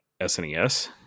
SNES